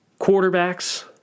quarterbacks